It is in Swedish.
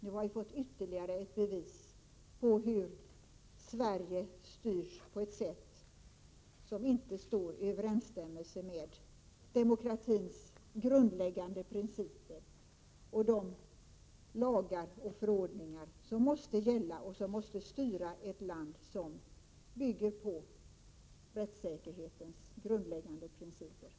Nu har vi fått ytterligare ett bevis på hur Sverige styrs på ett sätt som inte står i överensstämmelse med demokratins grundläggande principer och de lagar och förordningar som måste gälla och som måste styra ett land som bygger på rättssäkerhetens grundläggande principer.